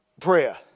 prayer